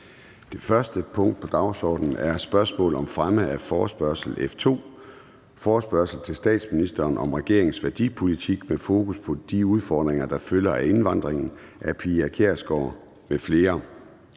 Det første punkt på dagsordenen er: 1) Spørgsmål om fremme af forespørgsel nr. F 2: Forespørgsel til statsministeren om regeringens værdipolitik med fokus på de udfordringer, der følger af indvandringen. Af Pia Kjærsgaard (DF) m.fl.